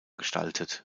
gestaltet